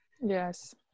Yes